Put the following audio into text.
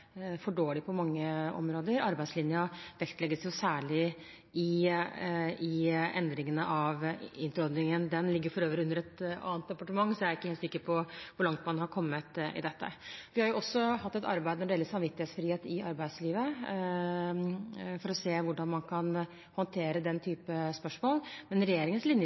for dårlig på mange områder – og arbeidslinjen vektlegges særlig i endringene av den. Introduksjonsordningen ligger for øvrig under et annet departement, så jeg er ikke helt sikker på hvor langt man har kommet i dette. Vi har også hatt et arbeid når det gjelder samvittighetsfrihet i arbeidslivet, for å se på hvordan man kan